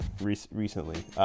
recently